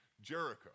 Jericho